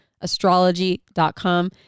Astrology.com